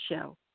show